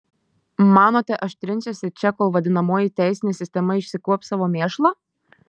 manote aš trinsiuosi čia kol vadinamoji teisinė sistema išsikuops savo mėšlą